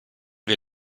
wir